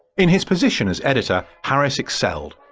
in his position as editor harris excelled,